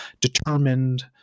determined